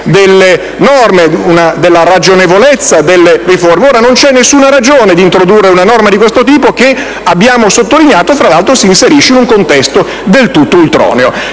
delle norme e delle riforme. Ora, non c'è alcuna ragione di introdurre una norma di questo tipo, che, abbiamo sottolineato, fra l'altro si inserisce in un contesto del tutto ultroneo.